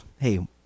Hey